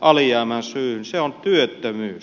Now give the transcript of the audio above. se on työttömyys